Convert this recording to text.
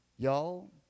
Y'all